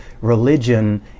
religion